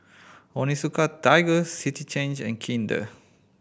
Onitsuka Tiger City Chain and Kinder